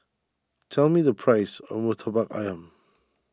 tell me the price of Murtabak Ayam